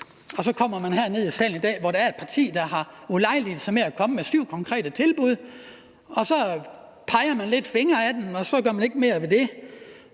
Man kommer så herned i salen i dag, hvor der er et parti, der har ulejliget sig med at komme med syv konkrete tilbud, og så peger man lidt fingre ad dem, og så gør man ikke mere ved det,